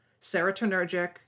serotonergic